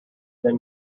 then